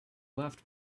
laughed